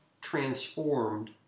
Transformed